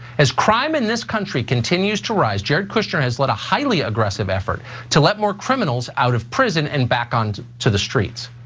as crime in this country continues to rise, jared kushner has led a highly aggressive effort to let more criminals out of prison and back on to the streets.